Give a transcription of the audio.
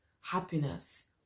happiness